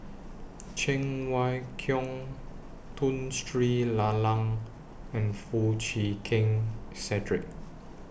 Cheng Wai Keung Tun Sri Lanang and Foo Chee Keng Cedric